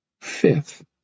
Fifth